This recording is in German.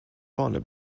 vorne